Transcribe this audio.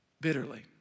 bitterly